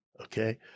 okay